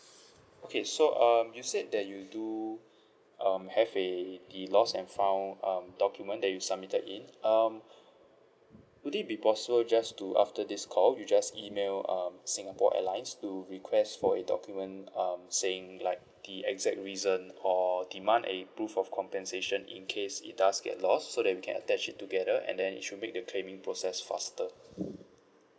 okay so um you said that you do um have a the lost and found um document that you submitted in um would it be possible just to after this call you just email um singapore airlines to request for a document um saying like the exact reason or demand a proof of compensation in case it does get lost so that we can attach it together and then you should make the claiming process faster